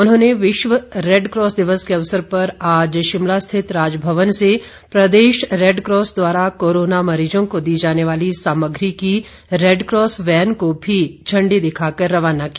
उन्होंने विश्व रेडक्रॉस दिवस के अवसर पर आज शिमला स्थित राजभवन से प्रदेश रेडक्रॉस द्वारा कोरोना मरीजों को दी जाने वाली सामग्री की रेडक्रॉस वैन को भी इंडी दिखाकर रवाना किया